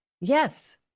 Yes